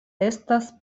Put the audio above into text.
estas